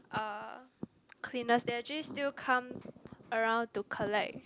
uh cleaners there actually still come around to collect